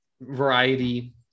variety